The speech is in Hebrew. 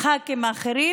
ח"כים אחרים,